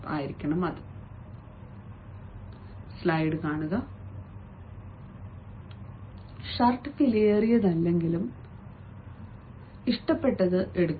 shirt വിലയേറിയതല്ലെങ്കിലും ഇഷ്ടപ്പെട്ടത് കാണുക